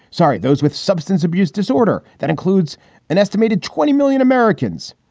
sorry. those with substance abuse disorder, that includes an estimated twenty million americans.